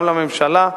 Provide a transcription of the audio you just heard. גם לממשלה,